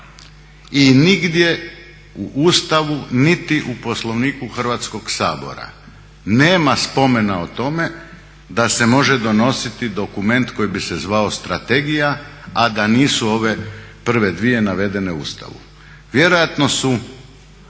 i nigdje u Ustavu niti u Poslovniku Hrvatskog sabora nema spomena o tome da se može donositi dokument koji bi se zvao strategija, a da nisu ove prve dvije navedene u Ustavu. Vjerojatno su